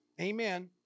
amen